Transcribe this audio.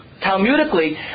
Talmudically